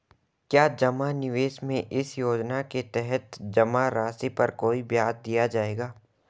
क्या जमा निवेश में इस योजना के तहत जमा राशि पर कोई ब्याज दिया जाएगा?